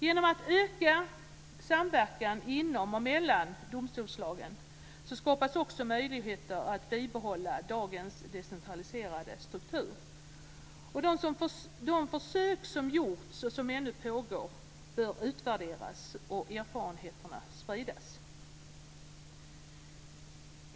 Genom att öka samverkan inom och mellan domstolsslagen skapas också möjligheter att bibehålla dagens decentraliserade struktur. De försök som gjorts och som ännu pågår bör utvärderas och erfarenheterna spridas.